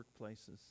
workplaces